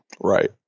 Right